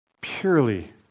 purely